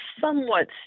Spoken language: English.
somewhat